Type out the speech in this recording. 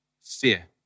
Fear